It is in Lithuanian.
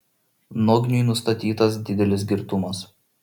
nogniui nustatytas didelis girtumas